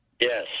Yes